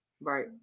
Right